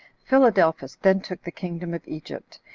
philadelphus then took the kingdom of egypt,